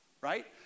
right